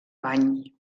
bany